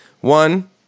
one